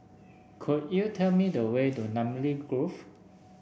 could you tell me the way to Namly Grove